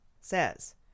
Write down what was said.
says